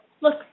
look